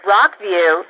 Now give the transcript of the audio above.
Rockview